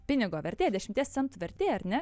pinigo vertė dešimties centų vertė ar ne